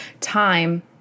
time